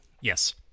Yes